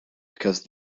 because